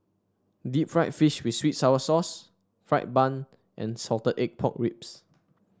Deep Fried Fish with sweet sour sauce fried bun and Salted Egg Pork Ribs